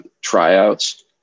tryouts